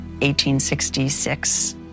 1866